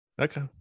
okay